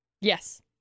Yes